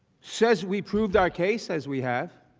says we prove the case as we have